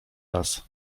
raz